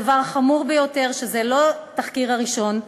הדבר החמור ביותר, שזה לא התחקיר הראשון.